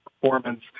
performance